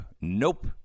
Nope